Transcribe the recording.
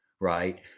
right